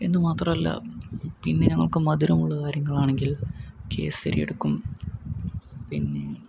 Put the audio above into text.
എന്നുമാത്രല്ല പിന്നെ ഞങ്ങൾക്ക് മധുരമുള്ള കാര്യങ്ങളാണെങ്കിൽ കേസരി എടുക്കും പിന്നെ